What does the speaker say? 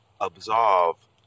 absolve